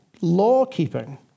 law-keeping